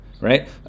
right